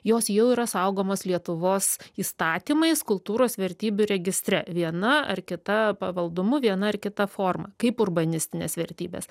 jos jau yra saugomos lietuvos įstatymais kultūros vertybių registre viena ar kita pavaldumu viena ar kita forma kaip urbanistinės vertybės